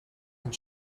and